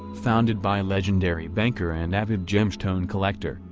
founded by legendary banker and avid gemstone collector,